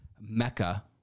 Mecca